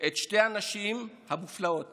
את שתי הנשים המופלאות